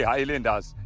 Highlanders